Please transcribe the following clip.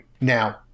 Now